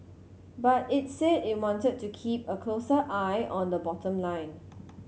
but it's said it wanted to keep a closer eye on the bottom line